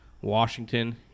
Washington